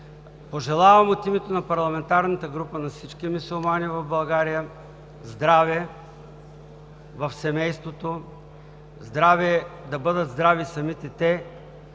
пост. От името на парламентарната група пожелавам на всички мюсюлмани в България здраве в семейството, да бъдат здрави самите те!